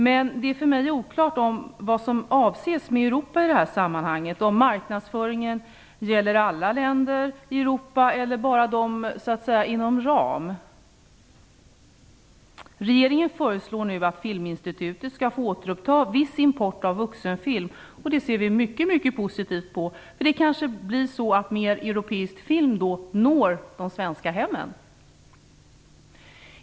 Men det är för mig oklart vad som avses med Europa i det här sammanhanget, om marknadsföringen gäller alla länder i Europa eller bara dem "inom ram". Regeringen föreslår nu att Filminstitutet skall återuppta viss import av vuxenfilm, och det ser vi mycket positivt på. Det kanske innebär att mer europeisk film når de svenska hemmen.